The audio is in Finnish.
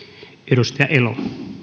arvoisa puhemies kiitän